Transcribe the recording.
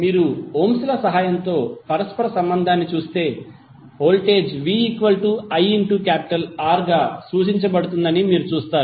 మీరు Ohm's law సహాయంతో పరస్పర సంబంధాన్ని చూస్తే వోల్టేజ్ viR గా సూచించబడుతుందని మీరు చూస్తారు